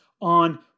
on